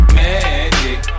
magic